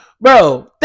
Bro